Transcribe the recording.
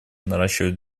наращивать